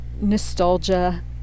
nostalgia